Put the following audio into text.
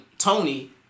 Tony